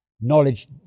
knowledge